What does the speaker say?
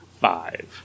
five